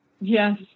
Yes